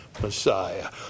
Messiah